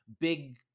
big